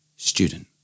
Student